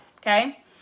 Okay